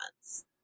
months